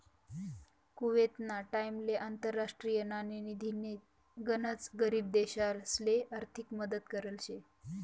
कुवेतना टाइमले आंतरराष्ट्रीय नाणेनिधीनी गनच गरीब देशसले आर्थिक मदत करेल शे